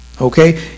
okay